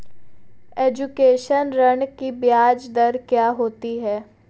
Education ऋृण की ब्याज दर क्या होती हैं?